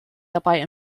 dabei